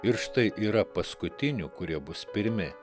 ir štai yra paskutinių kurie bus pirmi